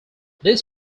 this